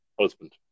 husband